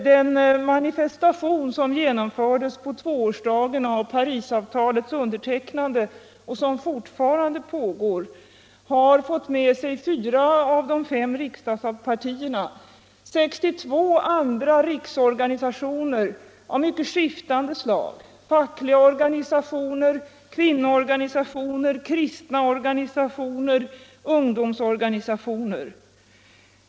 Den manifestation som genomfördes på tvåårsdagen av Parisavtalets underteck nande —- och som fortfarande pågår — har fått med sig fyra av de fem riksdagspartierna och 62 andra riksorganisationer av mycket skiftande slag — folkliga organisationer, kvinnoorganisationer, kristna organisationer, ungdomsorganisationer.